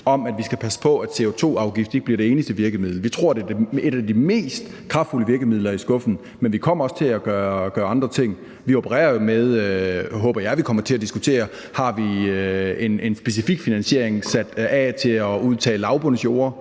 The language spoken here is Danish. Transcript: om, at vi skal passe på, at CO2-afgiften ikke bliver det eneste virkemiddel. Vi tror, det er et af de mest kraftfulde virkemidler i skuffen, men vi kommer også til at gøre andre ting. Vi opererer jo med – og det håber jeg vi kommer til at diskutere – en specifik finansiering, der er sat af til at udtage lavbundsjorde.